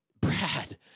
Brad